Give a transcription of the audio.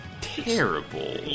terrible